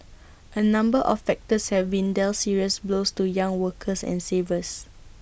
A number of factors have been dealt serious blows to young workers and savers